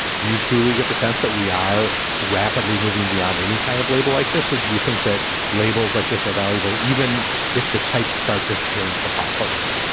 do you truly get the sense that we are rapidly moving beyond any kind of label like this, or do you think that labels like this are valuable even if the types start disappearing from pop culture?